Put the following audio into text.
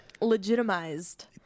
legitimized